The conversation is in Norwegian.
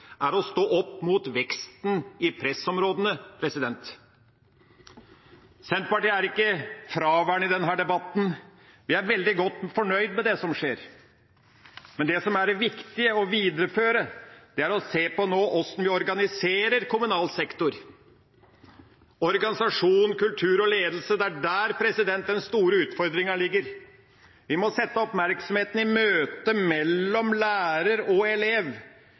er å stå opp mot veksten i pressområdene. Senterpartiet er ikke fraværende i denne debatten, vi er veldig godt fornøyde med det som skjer. Men det som er det viktige å videreføre, er å se på hvordan vi organiserer kommunal sektor. Organisasjon, kultur og ledelse – det er der den store utfordringa ligger. Vi må sette oppmerksomheten inn i møtet mellom lærer og elev,